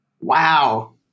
Wow